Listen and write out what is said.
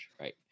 right